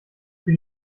für